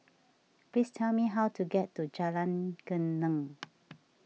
please tell me how to get to Jalan Geneng